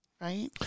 Right